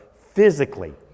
physically